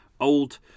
old